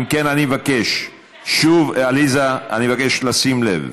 אם כן, אני מבקש שוב, לשים לב,